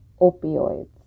opioids